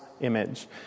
image